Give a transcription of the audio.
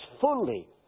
fully